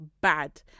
bad